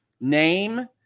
name